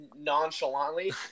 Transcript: nonchalantly